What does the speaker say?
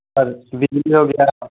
sir Vinay Vikas